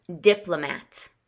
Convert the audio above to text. diplomat